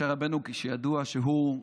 משה רבנו, ידוע שהוא,